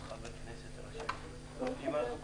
הישיבה ננעלה בשעה 11:00.